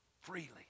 Freely